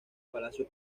palacio